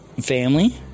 Family